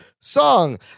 song